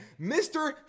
Mr